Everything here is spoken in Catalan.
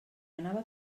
anava